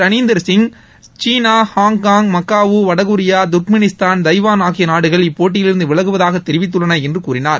ரணிந்தர் சிங் சீனா Hong Kong Macau வடகொரியா Turkmenistan Taiwan ஆகிய நாடுகள் இப்போட்டியிலிருந்து விலகுவதாக தெரிவித்துள்ளன என்று கூறினார்